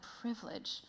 privilege